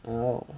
oh